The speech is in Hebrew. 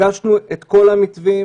הגשנו את כל המתווים,